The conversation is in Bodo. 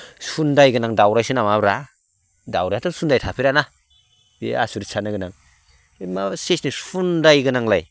सुन्दाय गोनां दाउराइसो नामाब्रा दाउराइआथ' सुन्दाय थाफेराना बे आसुरिथ साननो गोनां जेन'बा सुन्दाय गोनांलाय